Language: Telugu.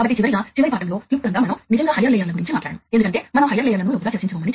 కాబట్టి మీరు ట్రీ నుండి ప్రత్యేక బ్రాంచ్ ను కలిగి ఉండవచ్చు